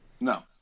No